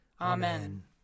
Amen